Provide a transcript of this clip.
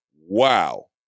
wow